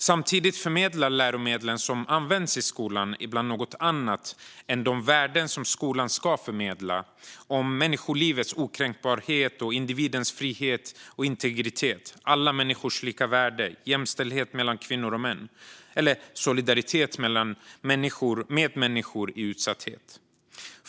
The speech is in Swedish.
Samtidigt förmedlar läromedlen som används i skolan ibland något helt annat än de värden som skolan ska förmedla om människolivets okränkbarhet, individens frihet och integritet, alla människors lika värde, jämställdhet mellan kvinnor och män samt solidaritet med människor i utsatthet.